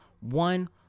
One